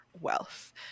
wealth